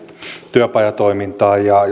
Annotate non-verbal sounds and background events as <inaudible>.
työpajatoimintaan ja <unintelligible>